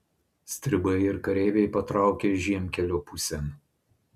stribai ir kareiviai patraukė žiemkelio pusėn